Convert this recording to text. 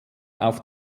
auf